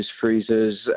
freezers